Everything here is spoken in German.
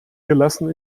gelassen